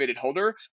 holder